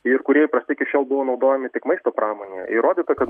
ir kurie įprastai iki šiol buvo naudojami tik maisto pramonėje įrodyta kad